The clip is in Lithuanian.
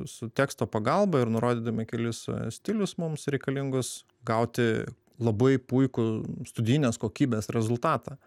su teksto pagalba ir nurodydami kelis stilius mums reikalingus gauti labai puikų studijinės kokybės rezultatą